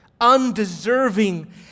undeserving